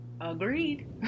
agreed